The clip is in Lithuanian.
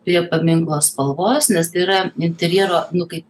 prie paminklo spalvos nes tai yra interjero nu kaip